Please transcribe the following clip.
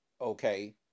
Okay